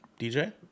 dj